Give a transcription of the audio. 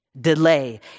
Delay